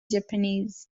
japanese